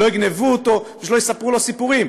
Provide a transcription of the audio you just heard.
שלא יגנבו אותו ושלא יספרו לו סיפורים.